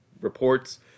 reports